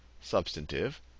substantive